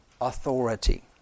authority